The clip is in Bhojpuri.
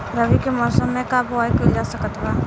रवि के मौसम में का बोआई कईल जा सकत बा?